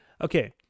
Okay